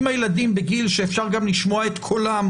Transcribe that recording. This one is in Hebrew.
ואם הילדים בגיל שאפשר גם לשמוע את קולם,